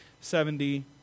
seventy